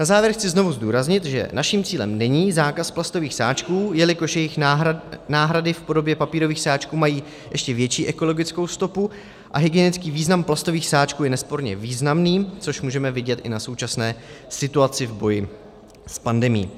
Na závěr chci znovu zdůraznit, že naším cílem není zákaz plastových sáčků, jelikož jejich náhrady v podobě papírových sáčků mají ještě větší ekologickou stopu, a hygienický význam plastových sáčků je nesporně významný, což můžeme vidět i na současné situaci v boji s pandemií.